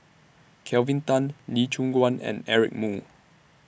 Kelvin Tan Lee Choon Guan and Eric Moo